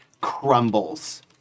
crumbles